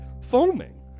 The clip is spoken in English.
foaming